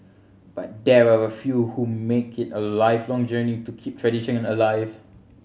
but there are a few who make it a lifelong journey to keep tradition in alive